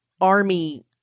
army